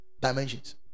dimensions